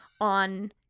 on